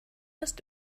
ist